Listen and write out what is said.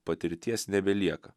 patirties nebelieka